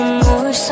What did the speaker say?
more